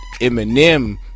Eminem